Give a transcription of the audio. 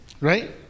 right